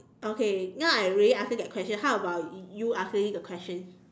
okay now I already answer the question how about y~ you answering the question